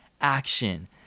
action